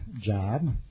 job